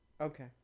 Okay